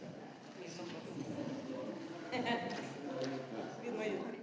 Hvala